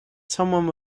someone